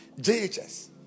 JHS